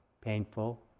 painful